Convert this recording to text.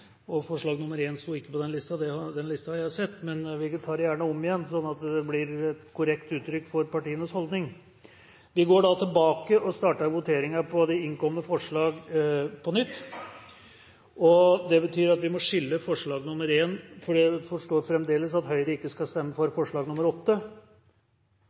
og forslag nr. 1 sto ikke på den listen. Men vi tar det gjerne om igjen, slik at det blir et korrekt uttrykk for partienes holdning. Vi går da tilbake og starter voteringen over det innkomne forslag på nytt. Det betyr at vi må skille forslag nr. 1 og forslag nr. 8, for jeg forstår det fremdeles slik at Høyre ikke skal stemme for forslag nr. 8? Da har ikke dere sett den listen som er